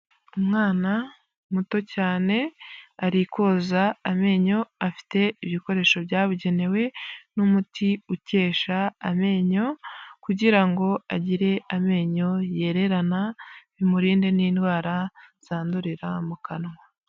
Umwana muto cyane, ari koza amenyo, afite ibikoresho byabugenewe, n'umuti ukesha amenyo, kugira ngo agire amenyo yererana, bimurinde n'indwara zandurira mu kanwa.